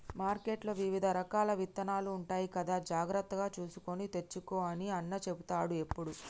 మార్కెట్లో వివిధ రకాల విత్తనాలు ఉంటాయి కదా జాగ్రత్తగా చూసుకొని తెచ్చుకో అని అన్న చెపుతాడు ఎప్పుడు